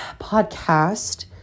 podcast